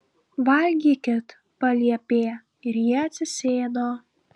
valgykit paliepė ir jie atsisėdo